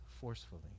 forcefully